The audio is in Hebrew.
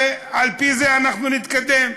ועל-פי זה אנחנו נתקדם.